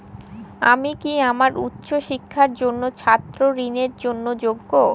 আমি কি আমার উচ্চ শিক্ষার জন্য ছাত্র ঋণের জন্য যোগ্য?